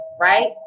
Right